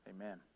Amen